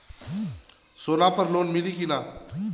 सोना पर लोन मिली की ना?